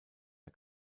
der